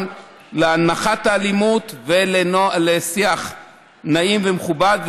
פעם להנחת האלימות ולשיח נעים ומכובד.